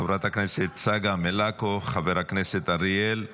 חברת הכנסת צגה מלקו, חבר הכנסת אריאל קלנר,